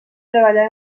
treballar